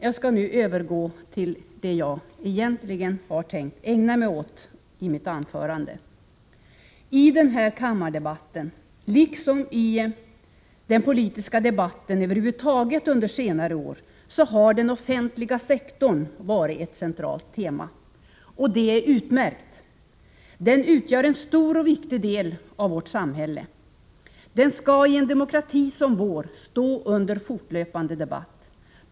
Jag skall nu övergå till det jag egentligen hade tänkt ägna mitt anförande åt. I den här kammardebatten — liksom i den politiska debatten över huvud taget under senare år — har den offentliga sektorn varit ett centralt tema. Det är utmärkt. Den offentliga sektorn utgör en stor och viktig del av vårt samhälle. Den skalli en demokrati som vår stå under fortlöpande debatt.